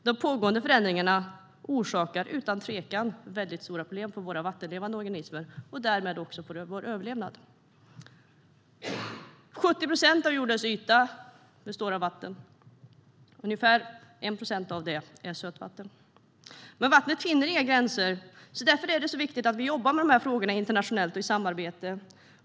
De pågående förändringarna orsakar utan tvekan väldigt stora problem för våra vattenlevande organismer och därmed också för vår överlevnad. Det är 70 procent av jordens yta som består av vatten, och ungefär 1 procent av det är sötvatten. Men vattnet finner inga gränser. Därför är det så viktigt att vi jobbar med dessa frågor internationellt och i samarbete.